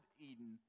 Eden